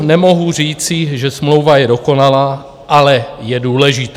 Nemohu říci, že smlouva je dokonalá, ale je důležitá.